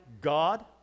God